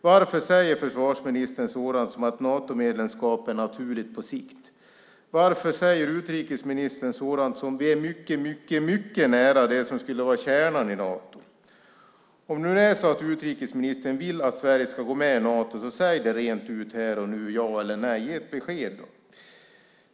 Varför säger försvarsministern sådant som att Natomedlemskap är naturligt på sikt? Varför säger utrikesministern sådant som att vi är mycket, mycket nära det som skulle vara kärnan i Nato? Om det nu är så att utrikesministern vill att Sverige ska gå med i Nato så säg det rent ut! Ja eller nej - ge ett besked!